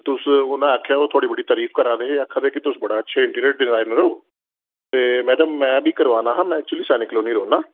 तुस उ'नें आखेआ ओह् थोआढ़ी बडी तरीफ करा दे हे आखा दे हे कि तुस बडे अच्छे इंटीरियर डिजाइनर ओ ते में आखेआ में बी कराना हा में ऐक्चुली सैनिक कलोनी रौहन्नां